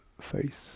face